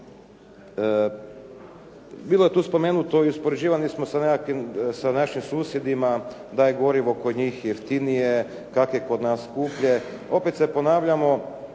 Bilo je tu spomenuto i uspoređivani smo sa nekakvim, sa našim susjedima da je gorivo kod njih jeftinije, kako je kod nas skuplje. Opet se ponavljamo,